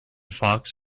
fox